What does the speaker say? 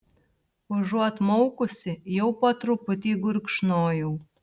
užuot maukusi jau po truputį gurkšnojau